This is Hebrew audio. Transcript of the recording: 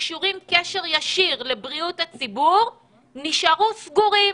שקשורים קשר ישיר לבריאות הציבור נשארו סגורים.